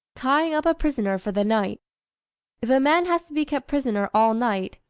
tying up a prisoner for the night if a man has to be kept prisoner all night,